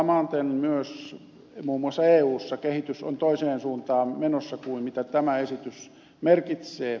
samaten myös muun muassa eussa kehitys on toiseen suuntaan menossa kuin mitä tämä esitys merkitsee